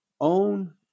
own